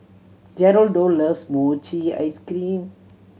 Geraldo loves mochi ice cream